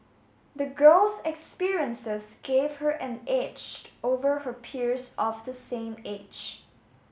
the girl's experiences gave her an edge over her peers of the same age